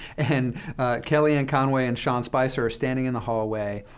and kellyanne conway and sean spicer are standing in the hallway,